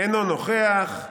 אינו נוכח,